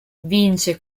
vince